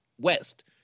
west